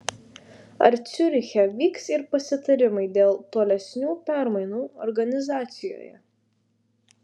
ar ciuriche vyks ir pasitarimai dėl tolesnių permainų organizacijoje